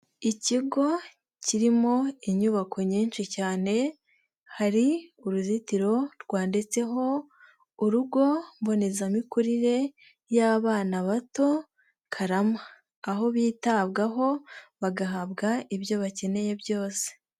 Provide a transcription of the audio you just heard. Ikigo kirimo inyubako nyinshi cyane, hari uruzitiro rwanditseho urugo mboneza mikurire y'abana bato Karama, aho bitabwaho bagahabwa ibyo bakeneye byose.